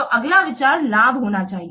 तो अगला विचार लाभ होना चाहिए